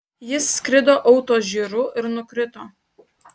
jis skrido autožyru ir nukrito